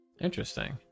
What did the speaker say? Interesting